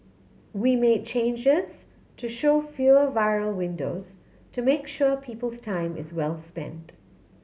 we made changes to show fewer viral videos to make sure people's time is well spent